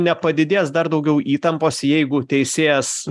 nepadidės dar daugiau įtampos jeigu teisėjas